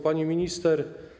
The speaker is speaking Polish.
Pani Minister!